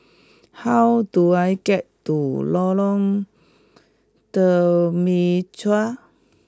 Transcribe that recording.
how do I get to Lorong Temechut